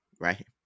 right